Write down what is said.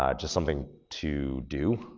ah just something to do.